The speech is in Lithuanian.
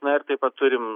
na ir taip pat turim